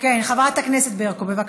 כן חברת הכנסת ברקו, בבקשה.